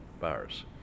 virus